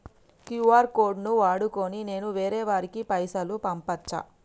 QR code ను వాడుకొని నేను వేరే వారికి పైసలు పంపచ్చా?